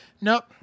Nope